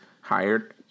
Hired